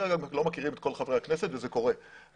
הרב לא מכירים את כל חברי הכנסת וזה קורה.